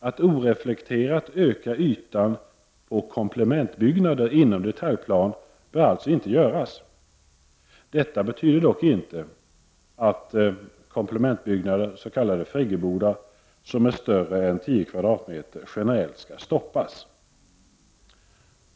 Att oreflekterat öka ytan på komplementbyggnader inom detaljplan bör alltså undvikas. Detta betyder dock inte att komplementbyggnader, s.k. friggebodar, som är större än 10 m? generellt skall stoppas.